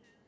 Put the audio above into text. like